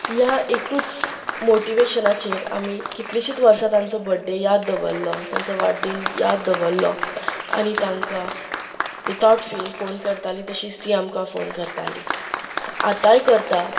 ह्या एकच मोटीवेशनाचेर आमी कितलीशींच वर्सां तांचो बर्डे याद दवरलो तांचो वाडदीस याद दवरलो आनी तांकां विथावट फेल फोन करतालीं आनी तशींच तीं आमकां फोन करतालीं आतांय करतां